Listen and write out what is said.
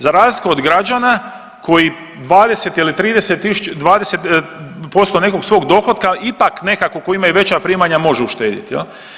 Za razliku od građana koji 20 ili 30 .../nerazumljivo/... 20% nekog svog dohotka ipak nekako koji imaju veća primanja, može uštedjeti, je li?